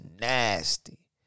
nasty